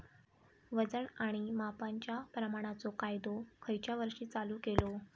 वजन आणि मापांच्या प्रमाणाचो कायदो खयच्या वर्षी चालू केलो?